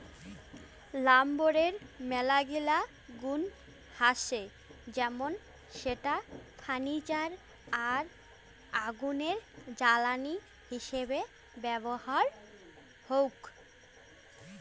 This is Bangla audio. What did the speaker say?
লাম্বরের মেলাগিলা গুন্ আছে যেমন সেটা ফার্নিচার আর আগুনের জ্বালানি হিসেবে ব্যবহার হউক